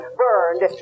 burned